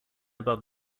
above